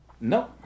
No